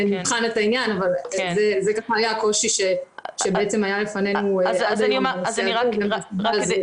נבחן את העניין אבל זה היה הקושי שעמד בפנינו בנושא הזה.